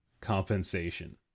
compensation